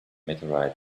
meteorite